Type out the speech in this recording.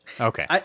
Okay